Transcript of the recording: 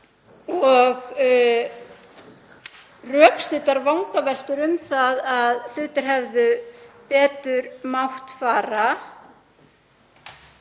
rökstuddar vangaveltur um það að hlutir hefðu betur mátt fara.